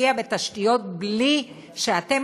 נשקיע בתשתיות בלי שאתם,